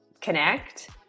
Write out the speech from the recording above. connect